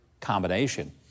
combination